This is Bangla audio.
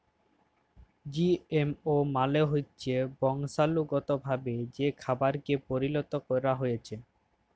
জিএমও মালে হচ্যে বংশালুগতভাবে যে খাবারকে পরিলত ক্যরা হ্যয়েছে